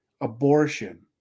abortion